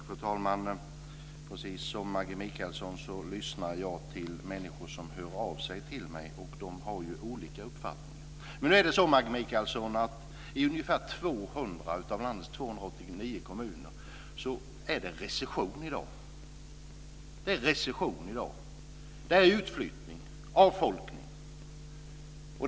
Fru talman! Precis som Maggi Mikaelsson lyssnar jag till människor som hör av sig till mig, och de har ju olika uppfattningar. Men nu är det så, Maggi Mikaelsson, att i ungefär 200 av landets 289 kommuner är det recession i dag. Det pågår en utflyttning, avfolkning.